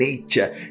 nature